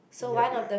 yup ya